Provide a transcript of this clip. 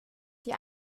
die